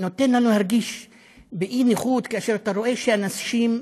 גורם לנו להרגיש אי-נוחות, כאשר אתה רואה שאנשים,